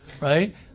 right